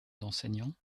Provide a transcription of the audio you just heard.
d’enseignants